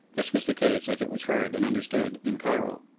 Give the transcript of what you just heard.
this was the case as it was heard and understood in cairo.